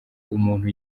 umuntu